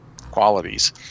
qualities